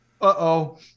uh-oh